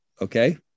Okay